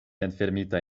enfermita